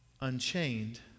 unchained